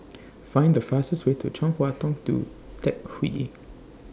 Find The fastest Way to Chong Hua Tong Tou Teck Hwee